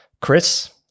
Chris